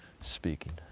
speaking